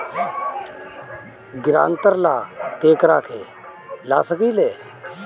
ग्रांतर ला केकरा के ला सकी ले?